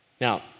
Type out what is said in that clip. Now